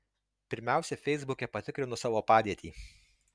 pirmiausia feisbuke patikrinu savo padėtį